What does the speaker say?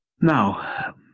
Now